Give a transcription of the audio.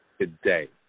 today